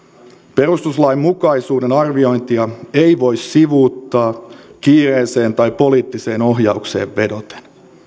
perustuslainmukaisuuden arviointia ei voi sivuuttaa kiireeseen tai poliittiseen ohjaukseen vedoten